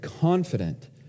confident